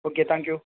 okay thank you